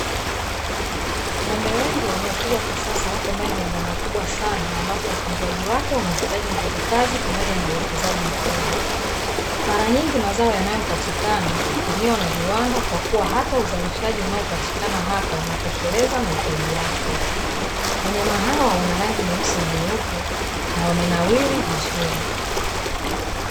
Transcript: Ng'ombe wengi wanaofugwa kisasa wapo ndani ya banda kubwa sana, ambapo utunzaji wake una hitaji nguvu kazi pamoja na uwekezaji kubwa. Mara nyingi mazao yanayopatikana hutumiwa na viwanda kwa kuwa hata uzalishaji unaopatikana hapa unatosheleza mahitaji yake, wanyama hawa wana rangi nyeusi na nyeupe na wamenawiri vizuri.